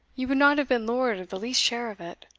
you would not have been lord of the least share of it.